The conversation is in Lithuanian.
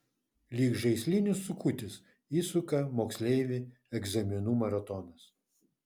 lyg žaislinis sukutis įsuka moksleivį egzaminų maratonas